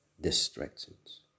distractions